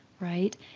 Right